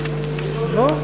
לא,